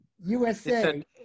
USA